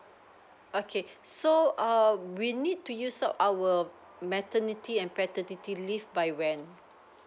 okay so err we need to use up our maternity and paternity leave by when